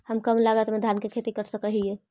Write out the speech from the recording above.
हम कम लागत में धान के खेती कर सकहिय?